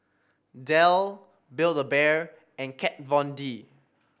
Dell Build A Bear and Kat Von D